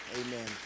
amen